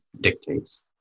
dictates